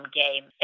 game